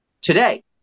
today